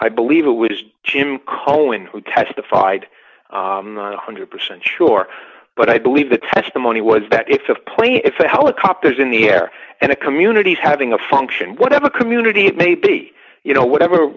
i believe it was jim cohen who testified one hundred percent sure but i believe the testimony was that if of play if the helicopters in the air and a community is having a function whatever community it may be you know whatever